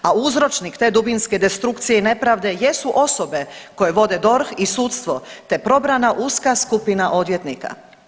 A uzročnik te dubinske destrukcije i nepravde jesu osobe koje vode DORH i sudstvo te probrana uska skupina odvjetnika.